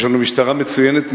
יש לנו משטרה מצוינת,